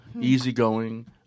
easygoing